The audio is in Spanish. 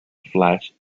flash